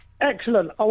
Excellent